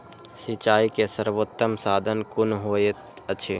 सिंचाई के सर्वोत्तम साधन कुन होएत अछि?